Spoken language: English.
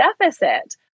deficit